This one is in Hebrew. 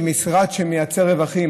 ממשרד שמייצר רווחים.